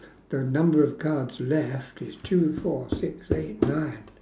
the number of cards left is two four six eight nine